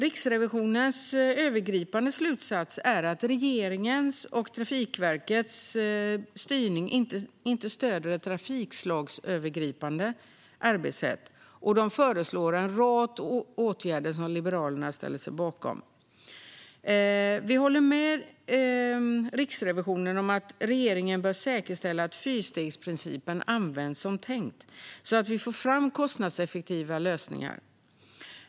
Riksrevisionens övergripande slutsats är att regeringens och Trafikverkets styrning inte stöder ett trafikslagsövergripande arbetssätt, och man föreslår en rad åtgärder, som Liberalerna ställer sig bakom. Vi håller med Riksrevisionen om att regeringen bör säkerställa att fyrstegsprincipen används som tänkt så att man får fram kostnadseffektiva lösningar.